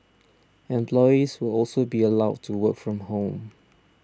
employees will also be allowed to work from home